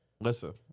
Listen